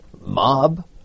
mob